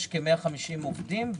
יש כ-150 עובדים.